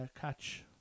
catch